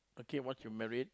okay once you married